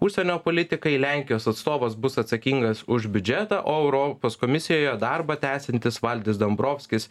užsienio politikai lenkijos atstovas bus atsakingas už biudžetą o europos komisijoje darbą tęsiantis valdis dombrovskis